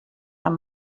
amb